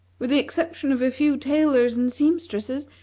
with the exception of a few tailors and seamstresses,